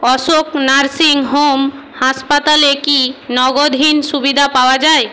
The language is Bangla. অশোক নার্সিং হোম হাসপাতালে কি নগদহীন সুবিধা পাওয়া যায়